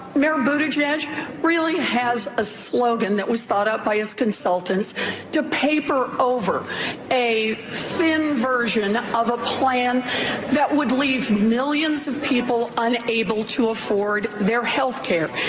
mayor buttigieg really has a slogan that was thought out by his consultants to paper over a thin version of a plan that would leave millions of people unable to afford their healthcare.